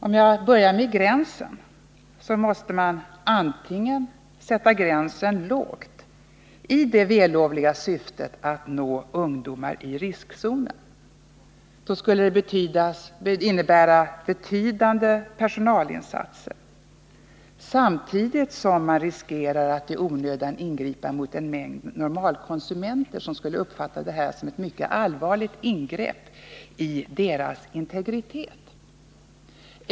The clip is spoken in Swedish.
Om jag börjar med gränsen måste denna antingen sättas lågt i det vällovliga syftet att man skall nå ungdomar i riskzonen — det skulle kräva betydande personalinsatser, samtidigt som man riskerade att i onödan ingripa mot en mängd normalkonsumenter som skulle uppfatta detta som ett mycket allvarligt ingrepp i deras integritet.